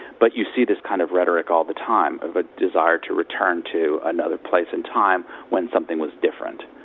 but you see this kind of rhetoric all the time of a desire to return to another place and time when something was different,